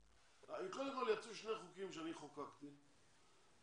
קודם כל, יצאו שני חוקים שאני חוקקתי כאשר